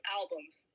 albums